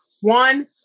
One